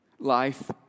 Life